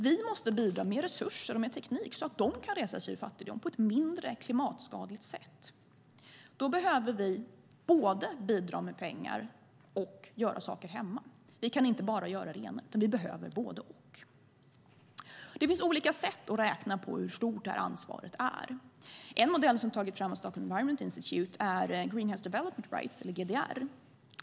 Vi måste bidra med resurser och med teknik så att de kan resa sig ur fattigdom på ett mindre klimatskadligt sätt. Då behöver vi både bidra med pengar och göra saker hemma. Vi kan inte bara göra det ena, utan vi behöver både och. Det finns olika sätt att räkna på hur stort ansvaret är. En modell som har tagits fram av Stockholm Environment Institute är Greenhouse Development Rights, eller GDR.